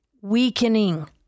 weakening